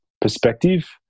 perspective